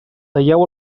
talleu